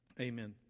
Amen